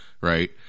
right